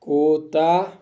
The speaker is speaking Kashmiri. کوٗتاہ